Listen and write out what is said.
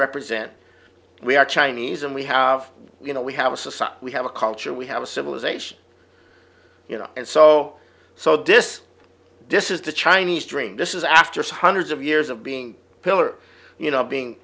represent we are chinese and we have you know we have a society we have a culture we have a civilization you know and so so this this is the chinese dream this is after hundreds of years of being a pillar you know being